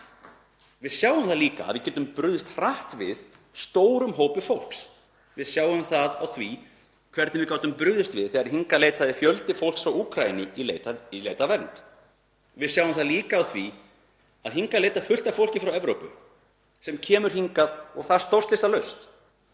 Við sjáum það líka að við getum brugðist hratt við stórum hópi fólks. Við sjáum það á því hvernig við gátum brugðist við þegar hingað leitaði fjöldi fólks frá Úkraínu í leit að vernd. Við sjáum það líka á því að hingað leitar fullt af fólki frá Evrópu sem kemur hingað stórslysalaust,